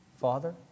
Father